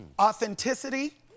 authenticity